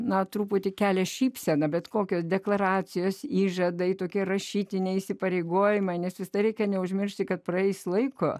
na truputį kelia šypseną bet kokios deklaracijos įžadai tokie rašytiniai įsipareigojimai nes visada reikia neužmiršti kad praeis laiko